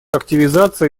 активизация